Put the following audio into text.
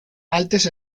altes